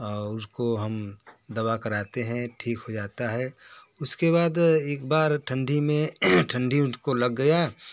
और उसको हम दवा कराते हैं ठीक हो जाता है उसके बाद एक बार ठण्डी में ठण्डी उनको लग गया